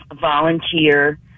volunteer